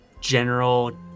general